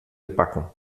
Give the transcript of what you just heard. gebacken